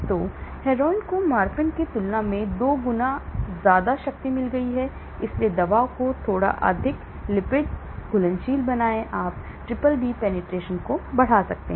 तो हेरोइन को मॉर्फिन की तुलना में 2 गुना शक्ति मिल गई है इसलिए दवा को थोड़ा अधिक लिपिड घुलनशील बनाएं आप BBB penetration बढ़ाते हैं